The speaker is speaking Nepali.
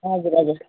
हजुर हजुर